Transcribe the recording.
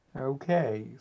Okay